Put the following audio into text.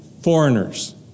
foreigners